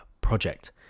Project